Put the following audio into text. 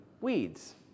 weeds